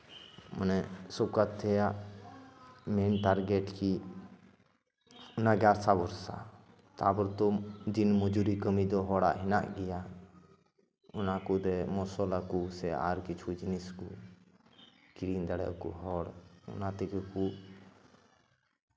ᱢᱟᱱᱮ ᱥᱚᱨᱠᱟᱨ ᱴᱷᱮᱭᱟᱜ ᱢᱮᱱ ᱴᱟᱨᱜᱮᱴ ᱜᱮ ᱚᱱᱟᱜᱮ ᱟᱥᱟ ᱵᱷᱚᱨᱥᱟ ᱛᱟᱨ ᱵᱚᱫᱚᱞ ᱫᱤᱱ ᱢᱩᱡᱩᱨᱤ ᱠᱟᱹᱢᱤ ᱫᱚ ᱦᱚᱲᱟᱜ ᱦᱮᱱᱟᱜ ᱜᱮᱭᱟ ᱚᱱᱟ ᱠᱚᱫᱚ ᱢᱚᱥᱚᱞᱟ ᱠᱚ ᱥᱮ ᱟᱨ ᱠᱤᱪᱷᱩ ᱡᱤᱱᱤᱥ ᱠᱚ ᱠᱤᱨᱤᱧ ᱫᱟᱲᱮ ᱟᱠᱚ ᱦᱚᱲ ᱚᱱᱟ ᱛᱮᱜᱮ ᱠᱚ